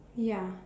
ya